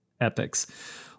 epics